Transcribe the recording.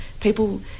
people